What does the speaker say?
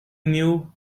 knew